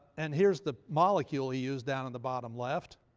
and here's the molecule he used, down on the bottom left.